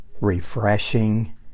refreshing